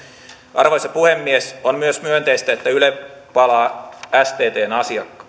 arvoisa puhemies on myös myönteistä että yle palaa sttn